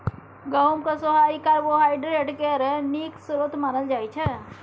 गहुँमक सोहारी कार्बोहाइड्रेट केर नीक स्रोत मानल जाइ छै